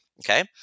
okay